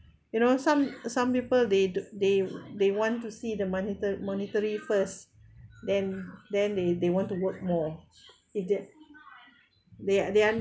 you know some some people they'd they they want to see the moneta~ monetary first then then they they want to work more they did they are they are